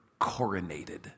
coronated